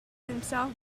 himself